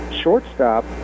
shortstop